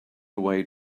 away